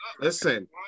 Listen